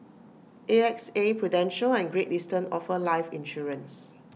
A X A prudential and great eastern offer life insurance